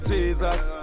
Jesus